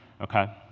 okay